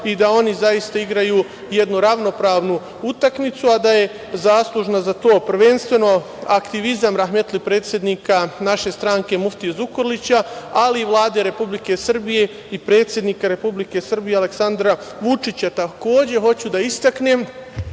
i da oni, zaista igraju jednu ravnopravnu utakmicu, a da je zaslužna za to prvenstveno aktivizam rahmetli predsednika naše stranke muftije Zukorlića, ali i Vlade Republike Srbije i predsednika Republike Srbije Aleksandra Vučića. Takođe, hoću da istaknem,